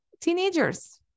teenagers